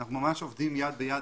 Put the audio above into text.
אנחנו ממש עובדים יד ביד,